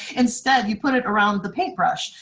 instead you put it around the paintbrush.